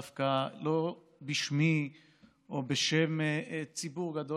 דווקא לא בשמי או בשם ציבור גדול,